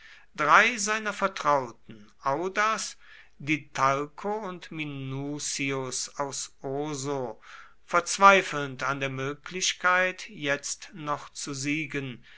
drei seiner vertrauten audas ditalko und minucius aus urso verzweifelnd an der möglichkeit jetzt noch zu siegen